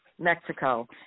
Mexico